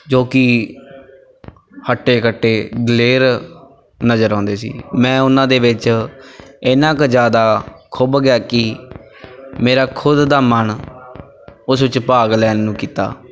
ਜੋ ਕਿ ਹੱਟੇ ਕੱਟੇ ਦਲੇਰ ਨਜ਼ਰ ਆਉਂਦੇ ਸੀ ਮੈਂ ਉਹਨਾਂ ਦੇ ਵਿੱਚ ਇੰਨਾਂ ਕੁ ਜ਼ਿਆਦਾ ਖੁੱਬ ਗਿਆ ਕਿ ਮੇਰਾ ਖੁਦ ਦਾ ਮਨ ਉਸ ਵਿੱਚ ਭਾਗ ਲੈਣ ਨੂੰ ਕੀਤਾ